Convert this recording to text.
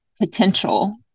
potential